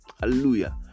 Hallelujah